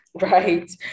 Right